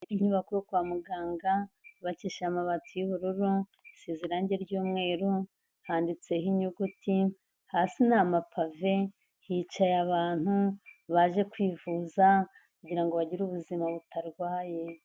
Inyubako yo kwa muganga, yubakisha amabati y'ubururu, isize irangi ry'umweru, handitseho inyuguti, hasi ni amapave, hicaye abantu, baje kwivuza, kugira ngo bagire ubuzima butarwaye.